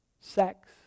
sex